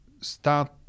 start